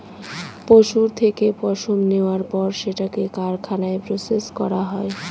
পশুর থেকে পশম নেওয়ার পর সেটাকে কারখানায় প্রসেস করা হয়